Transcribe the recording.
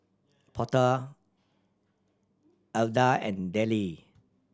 Porter Alda and Dellie